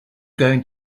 going